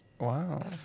Wow